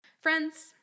Friends